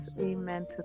Amen